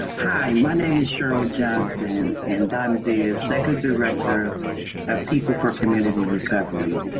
hi, my name is cheryl johnson and i'm the second director of people for community recovery.